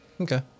Okay